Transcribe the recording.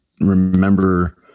remember